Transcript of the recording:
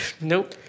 Nope